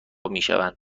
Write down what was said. میشوند